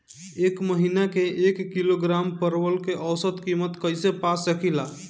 एक महिना के एक किलोग्राम परवल के औसत किमत कइसे पा सकिला?